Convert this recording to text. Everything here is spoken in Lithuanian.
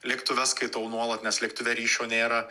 lėktuve skaitau nuolat nes lėktuve ryšio nėra